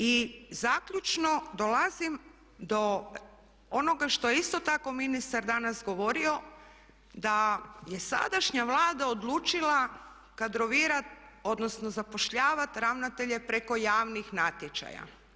I zaključno dolazim do onoga što je isto tako ministar danas govorio da je sadašnja Vlada odlučila kadrovirati, odnosno zapošljavati ravnatelje preko javnih natječaja.